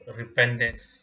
repentance